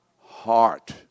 heart